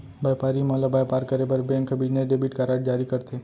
बयपारी मन ल बयपार करे बर बेंक ह बिजनेस डेबिट कारड जारी करथे